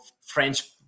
french